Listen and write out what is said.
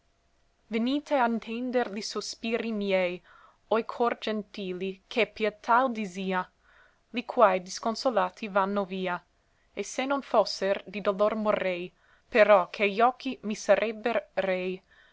venite a ntender li sospiri miei oi cor gentili chè pietà l disia li quai disconsolati vanno via e s'e non fosser di dolor morrei però che gli occhi mi sarebber rei